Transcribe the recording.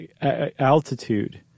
altitude